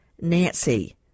nancy